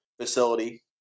facility